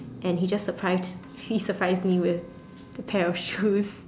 and he just surprised he surprised me with the pair of shoes